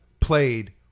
played